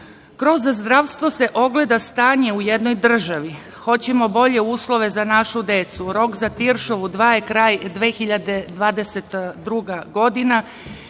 zdravstvo se ogleda stanje u jednoj državi. Hoćemo bolje uslove za našu decu. Rok za Tiršovu 2 je kraj 2022. godina.